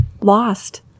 lost